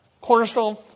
Cornerstone